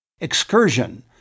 excursion